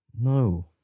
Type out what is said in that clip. No